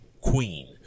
queen